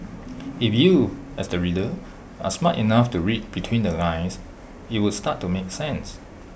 if you as the reader are smart enough to read between the lines IT would start to make sense